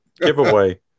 giveaway